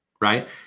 Right